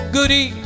Goody